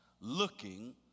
looking